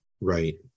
Right